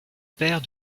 père